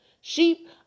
Sheep